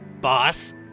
Boss